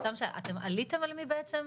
אתם עליתם בעצם,